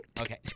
Okay